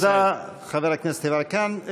תודה, חבר הכנסת יברקן.